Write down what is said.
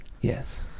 Yes